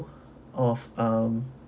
of um